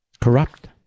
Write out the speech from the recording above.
Corrupt